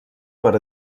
per